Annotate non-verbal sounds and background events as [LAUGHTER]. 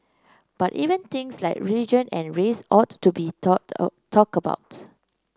but even things like religion and race ought to be talked [UNINTELLIGIBLE] talked about